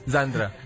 Zandra